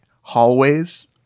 hallways